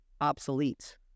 obsolete